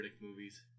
movies